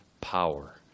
power